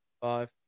Five